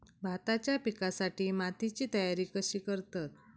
भाताच्या पिकासाठी मातीची तयारी कशी करतत?